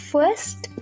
First